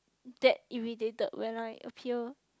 that irritated when I appear